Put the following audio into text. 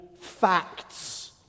facts